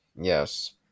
Yes